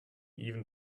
even